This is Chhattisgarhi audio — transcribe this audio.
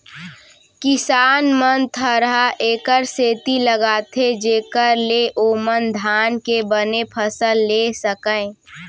किसान मन थरहा एकर सेती लगाथें जेकर ले ओमन धान के बने फसल लेय सकयँ